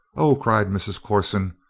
oh! cried mrs. corson.